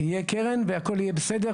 יהיה קרן, והכול יהיה בסדר.